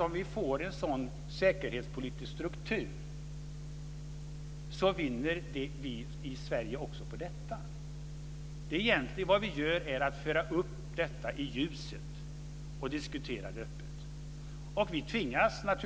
Om vi får en sådan säkerhetspolitisk struktur vinner också vi i Sverige på det. Vad vi gör är att föra upp frågan i ljuset och diskutera den öppet. Vi tvingas att